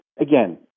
again